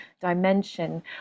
dimension